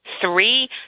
three